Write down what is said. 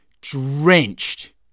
drenched